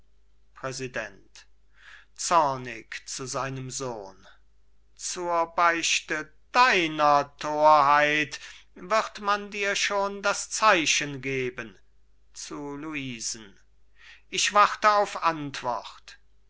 sohn zur beichte deiner thorheit wird man dir schon das zeichen geben zu luisen ich warte auf antwort